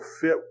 fit